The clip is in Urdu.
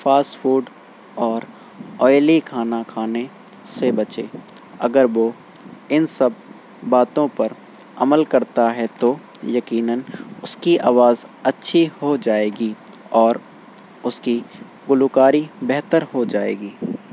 فاسٹ فوڈ اور آئلی کھانا کھانے سے بچے اگر وہ ان سب باتوں پر عمل كرتا ہے تو یقیناً اس كی آواز اچھی ہو جائے گی اور اس کی گلوکاری بہتر ہو جائے گی